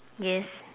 yes